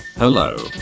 Hello